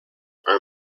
are